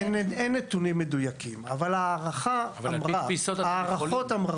אין נתונים מדויקים, אבל ההערכות אמרו